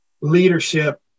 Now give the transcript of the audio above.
leadership